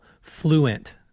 fluent